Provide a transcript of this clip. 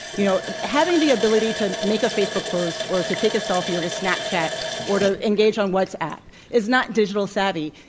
you know having the ability to make a facebook post or to take a selfie or to snapchat or to engage on whatsapp is not digital savvy.